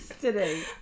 Today